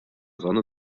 sonne